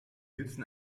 nützen